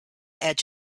edge